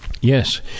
Yes